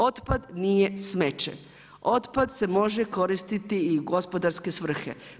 Otpad nije smeće, otpad se može koristiti u gospodarske svrhe.